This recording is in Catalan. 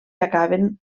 acaben